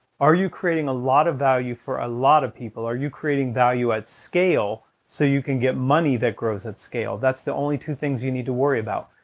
are you creating a lot of value for a lot of people, are you creating value at scale so you can get money that grows at scale? that's the only two things you need to worry about.